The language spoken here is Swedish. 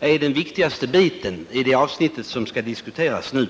är den viktigaste biten i det avsnitt som skall diskuteras nu.